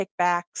kickbacks